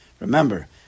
Remember